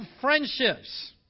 friendships